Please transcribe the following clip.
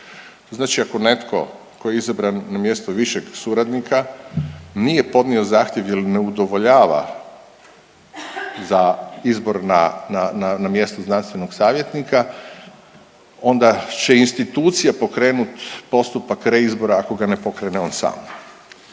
Znači, ako netko tko je izabran na mjesto višeg suradnika nije podnio zahtjev ili ne udovoljava za izbor na mjesto znanstvenog savjetnika onda će institucije pokrenuti postupak reizbora ako ga ne pokrene on sam.